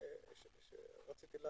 ולספר על